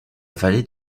vallée